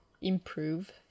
improve